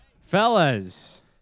Fellas